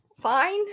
fine